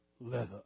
leather